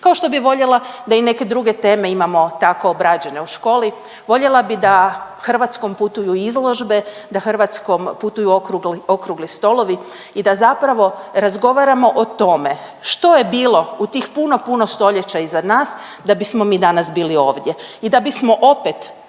kao što bi voljela da i neke druge teme imamo tako obrađene u škole. Voljela bi da Hrvatskom putuju izložbe, da Hrvatskom putuju okrugli stolovi i da zapravo razgovaramo o tome što je bilo u tih puno puno stoljeća iza nas da bismo mi danas bili ovdje i da bismo opet